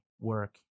work